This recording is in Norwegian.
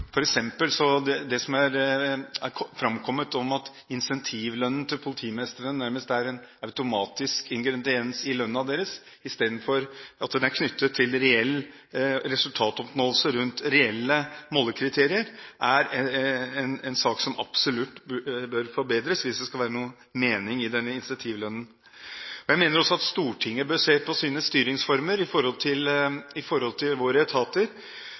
Det som er framkommet om at incentivlønnen til politimestrene nærmest er en automatisk ingrediens i lønnen deres, istedenfor at den er knyttet til reell resultatoppnåelse rundt reelle målekriterier, er en sak som absolutt bør forbedres hvis det skal være noen mening med den incentivlønnen. Jeg mener også at Stortinget bør se på sine styringsformer i forhold til